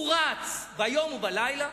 הוא רץ ביום ובלילה,